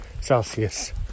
Celsius